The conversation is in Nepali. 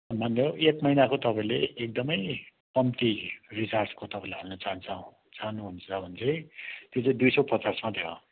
अनि मान्नु एक महिनाको तपाईँले एकदमै कम्ती रिचार्जको तपाईँले हाल्न चाहन्छ चाहनुहुन्छ भने चाहिँ त्यो चाहिँ दुई सय पचास मात्रै हो